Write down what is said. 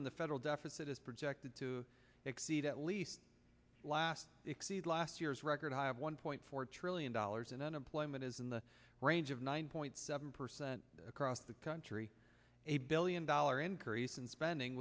when the federal deficit is projected to exceed at least last exceed last year's record high of one point four trillion dollars and unemployment is in the range of nine point seven percent across the country a billion dollar increase in spending